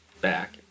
back